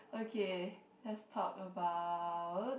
okay lets talk about